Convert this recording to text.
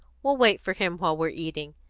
we'll wait for him while we're eating.